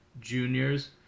juniors